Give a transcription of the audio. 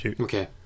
Okay